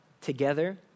together